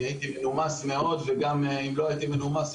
אני הייתי מנומס מאוד וגם אם לא הייתי מנומס,